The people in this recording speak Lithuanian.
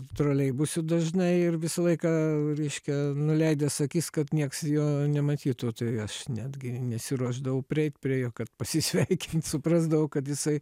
troleibusu dažnai ir visą laiką reiškia nuleidęs akis kad nieks jo nematytų tai aš netgi nesiruošdavau prieit prie jo kad pasisveikint suprasdavau kad jisai